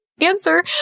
answer